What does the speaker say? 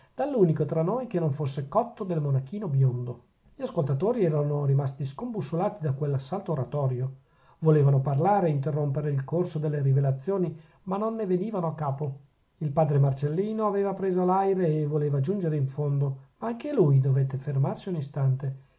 testa dall'unico tra noi che non fosse cotto del monachino biondo gli ascoltatori erano rimasti scombussolati da quell'assalto oratorio volevano parlare interrompere il corso delle rivelazioni ma non ne venivano a capo il padre marcellino aveva preso l'aìre e voleva giungere in fondo ma anche lui dovette fermarsi un istante